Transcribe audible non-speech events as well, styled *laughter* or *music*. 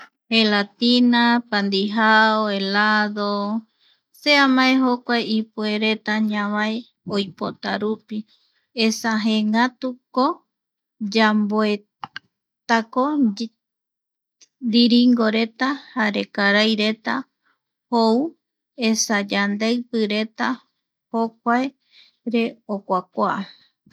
*noise* Gelatina, pandijau, helado se amae jokua ipuereta ñavae oipota rupi esa jeengatuko yamboe *noise* tako *hesitation* ndiringoreta jare karai reta jou esa yandeipi reta jokua re okuakua. *noise*